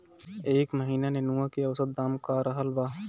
एह महीना नेनुआ के औसत दाम का रहल बा?